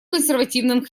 консервативным